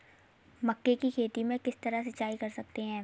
मक्के की खेती में किस तरह सिंचाई कर सकते हैं?